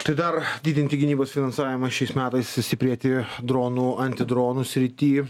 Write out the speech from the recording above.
tai dar didinti gynybos finansavimą šiais metais sustiprėti dronų antidronų srity